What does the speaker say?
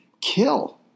kill